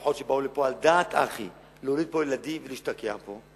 משפחות שבאו על דעת הכי להוליד פה ילדים ולהשתקע פה.